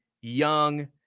young